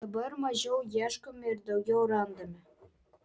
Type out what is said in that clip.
dabar mažiau ieškome ir daugiau randame